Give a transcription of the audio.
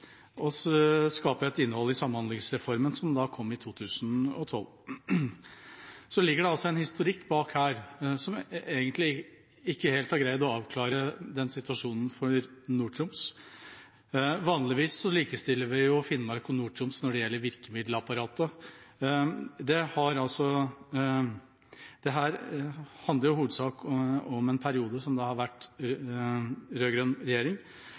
å skape et innhold i Samhandlingsreformen som kom i 2012. Det ligger altså en historikk bak her hvor en egentlig ikke helt har greid å avklare denne situasjonen for Nord-Troms. Vanligvis likestiller vi jo Finnmark og Nord-Troms når det gjelder virkemiddelapparatet. Dette handler hovedsakelig om en periode hvor det har vært en rød-grønn regjering